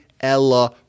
Ella